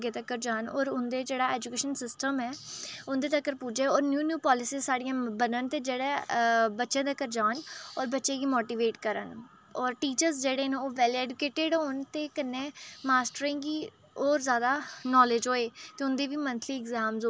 अग्गें तक्कर जान होर उं'दे जेह्ड़ा एजुकेशन सिस्टम ऐ उं'दे तक्कर पुज्जे होर न्यू न्यू पॉलिसीज़ साढ़ियां बनन ते जेह्ड़े बच्चे तक्कर जान होर बच्चे गी मोटिवेट करन होर टीचर्स जेह्ड़े न ओह् वेल एडुकेटेड होन ते कन्नै मास्टरें गी होर जादा नॉलेज होऐ ते उ'दें बी मंथली एग्जाम्स होन